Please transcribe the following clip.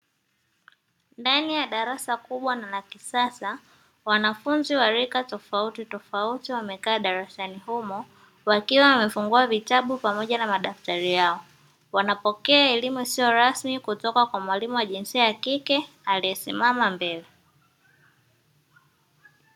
Ndani ya darasa kubwa na lakisasa wanafunzi warika tofautitofauti wamekaa darasani humo wakiwa wamefungua vitabu pamoja na madaftari yao, wanapokea elimu isiyo rasmi kutoka kwa mwalimu wajinsia yakike aliye simama mbele.